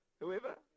Whoever